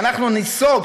שאנחנו ניסוג,